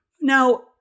now